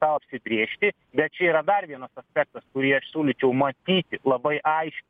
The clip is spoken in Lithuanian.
tą apsibrėžti bet čia yra dar vienas aspektas kurį aš siūlyčiau matyti labai aiškiai